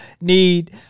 need